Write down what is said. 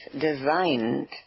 designed